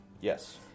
Yes